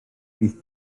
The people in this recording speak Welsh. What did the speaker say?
bydd